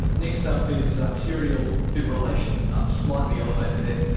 next up is arterial fibrillation. i'm slightly elevated there.